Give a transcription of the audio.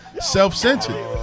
Self-centered